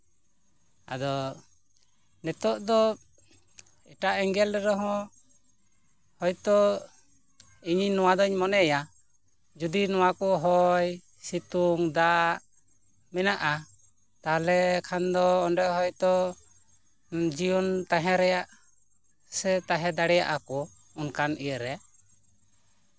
ᱟᱫᱚ ᱱᱤᱛᱳᱜ ᱫᱚ ᱮᱴᱟᱜ ᱮᱸᱜᱮᱞ ᱨᱮᱦᱚᱸ ᱦᱚᱭᱛᱳ ᱤᱧᱤᱧ ᱱᱚᱣᱟ ᱫᱩᱧ ᱢᱚᱱᱮᱭᱟ ᱡᱩᱫᱤ ᱱᱚᱣᱟ ᱠᱚ ᱦᱚᱭ ᱥᱤᱛᱩᱝ ᱫᱟᱜ ᱢᱮᱱᱟᱜᱼᱟ ᱛᱟᱦᱞᱮ ᱠᱷᱟᱱ ᱫᱚ ᱚᱸᱰᱮ ᱦᱚᱭᱛᱳ ᱡᱤᱭᱚᱱ ᱛᱟᱦᱮᱸ ᱨᱮᱭᱟᱜ ᱥᱮ ᱛᱟᱦᱮᱸ ᱫᱟᱲᱮᱭᱟᱜᱼᱟ ᱠᱚ ᱚᱱᱠᱟᱱ ᱤᱭᱟᱹ ᱨᱮ